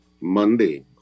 Monday